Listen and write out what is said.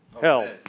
hell